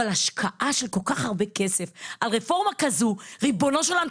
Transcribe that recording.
אבל השקעה של כל כך הרבה כסף על רפורמה כזו ריבונו של עולם,